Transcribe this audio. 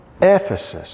Ephesus